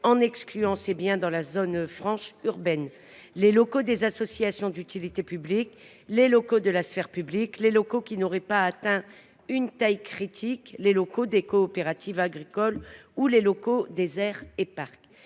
biens qui sont situés en zone franche urbaine, les locaux des associations d’utilité publique, les locaux de la sphère publique, les locaux qui n’auraient pas atteint une taille critique, les locaux des coopératives agricoles, ou encore les locaux des aires et parcs.